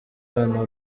abantu